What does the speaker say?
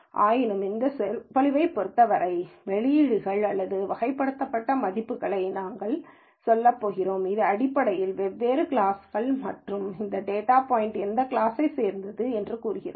ஆயினும்கூட இந்த சொற்பொழிவைப் பொருத்தவரை வெளியீடுகள் அல்லது வகைப்படுத்தப்பட்ட மதிப்புகளை நாங்கள் சொல்லப் போகிறோம் இது அடிப்படையில் வெவ்வேறு கிளாஸ்கள் மற்றும் இந்த டேட்டா பாய்ன்ட் எந்த கிளாஸைச் சேர்ந்தது என்று கூறுகிறது